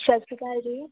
ਸਤਿ ਸ਼੍ਰੀ ਅਕਾਲ ਜੀ